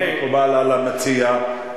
לא מקובל על המציע,